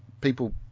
people